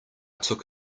took